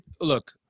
Look